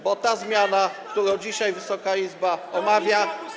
bo ta zmiana, którą dzisiaj Wysoka Izba omawia.